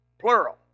plural